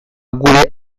gure